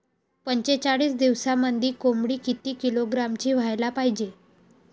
पंचेचाळीस दिवसामंदी कोंबडी किती किलोग्रॅमची व्हायले पाहीजे?